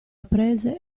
prese